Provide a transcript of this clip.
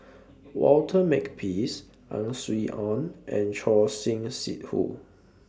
Walter Makepeace Ang Swee Aun and Choor Singh Sidhu